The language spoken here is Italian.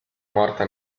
morta